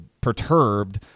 perturbed